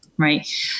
Right